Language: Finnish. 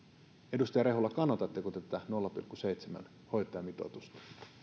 edustaja rehula kannatatteko te tätä nolla pilkku seitsemän hoitajamitoitusta